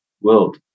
world